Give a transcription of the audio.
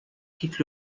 quitte